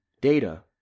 data